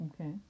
Okay